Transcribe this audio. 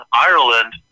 Ireland